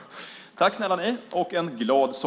Tack snälla ni, och en glad sommar!